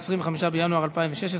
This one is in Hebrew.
25 בינואר 2016,